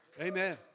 Amen